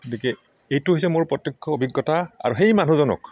গতিকে এইটো হৈছে মোৰ প্ৰত্যক্ষ অভিজ্ঞতা আৰু সেই মানুহজনক